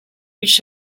which